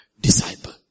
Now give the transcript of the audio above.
disciple